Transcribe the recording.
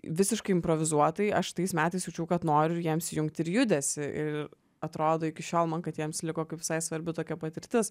visiškai improvizuotai aš tais metais jaučiau kad noriu jiems įjungt ir judesį ir atrodo iki šiol man kad jiems liko kaip visai svarbi tokia patirtis